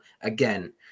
again